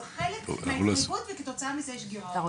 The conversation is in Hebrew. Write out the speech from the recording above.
זה חלק מהתחייבות וכתוצאה מזה יש גרעון.